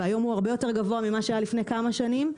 והיום הוא הרבה יותר גבוה ממה שהיה לפני כמה שנים,